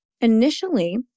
Initially